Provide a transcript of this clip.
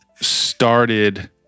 Started